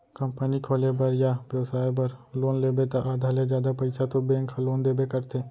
company खोले बर या बेपसाय बर लोन लेबे त आधा ले जादा पइसा तो बेंक ह लोन देबे करथे